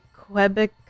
Quebec